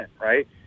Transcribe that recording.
right